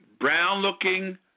brown-looking